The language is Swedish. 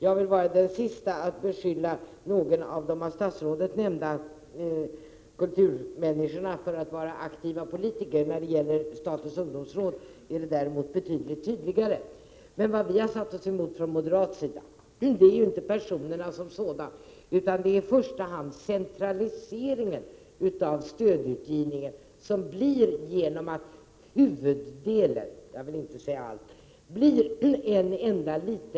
Jag vill vara den siste att beskylla några av de av statsrådets nämnda kulturpersonligheterna för att vara aktiva politiker. När det gäller medlemmarna i statens ungdomsråd är det dock mycket tydligare. Men vad vi från moderat sida har satt oss emot är ju inte personerna som sådana, utan det är i första hand den centralisering som råder vid fördelningen av stöd.